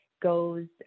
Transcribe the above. goes